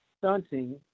stunting